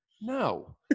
No